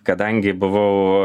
kadangi buvau